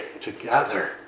together